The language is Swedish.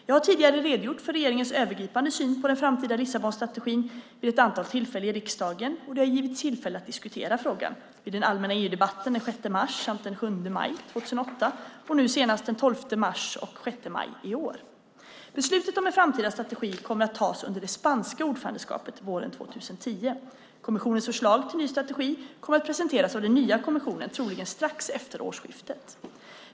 Jag har tidigare redogjort för regeringens övergripande syn på den framtida Lissabonstrategin vid ett antal tillfällen i riksdagen, och det har givits tillfälle att diskutera frågan, vid den allmänna EU-debatten den 6 mars samt den 7 maj 2008 och nu senast den 12 mars och den 6 maj i år. Beslutet om en framtida strategi kommer att tas under det spanska ordförandeskapet våren 2010. Kommissionens förslag till ny strategi kommer att presenteras av den nya kommissionen, troligen strax efter årsskiftet.